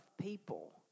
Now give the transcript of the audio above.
people